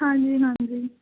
ਹਾਂਜੀ ਹਾਂਜੀ